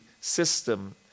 system